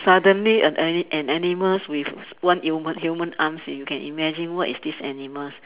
suddenly an a~ an animal with one human human arms can imagine what is this animal